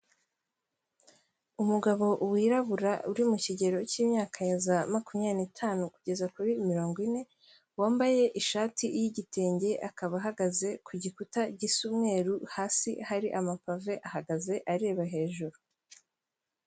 Umugabo wirabura uri mu kigero cy'imyaka ya za makumya n'itanu kugeza kuri mirongo ine, wambaye ishati y'igitenge, akaba ahagaze ku gikuta gisa umweru, hasi hari amapave ahagaze areba hejuru.